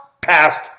passed